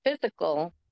physical